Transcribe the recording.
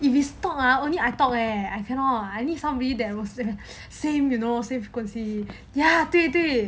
if is talk ah only I talk leh I cannot I need somebody that was the same you know ya 对对对